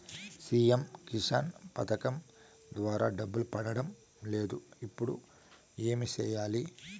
CM Kisan పథకం ద్వారా డబ్బు పడడం లేదు ఇప్పుడు ఏమి సేయాలి